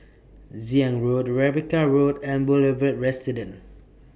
Zion Road Rebecca Road and Boulevard Residence